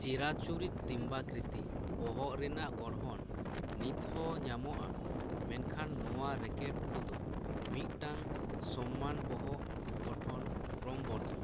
ᱪᱤᱨᱟᱪᱩᱨᱤᱛ ᱰᱤᱢᱵᱟᱠᱨᱤᱛᱤ ᱵᱚᱦᱚᱜ ᱨᱮᱱᱟᱜ ᱜᱚᱲᱦᱚᱱ ᱱᱤᱛᱦᱚᱸ ᱧᱟᱢᱚᱜᱼᱟ ᱢᱮᱱᱠᱷᱟᱱ ᱱᱚᱣᱟ ᱨᱮᱠᱮᱴ ᱠᱚᱫᱚ ᱢᱤᱫᱴᱟᱝ ᱥᱚᱢᱟᱱ ᱵᱚᱦᱚᱜ ᱜᱚᱴᱷᱚᱱ ᱠᱨᱚᱢ ᱵᱚᱨᱫᱷᱚᱢᱟᱱ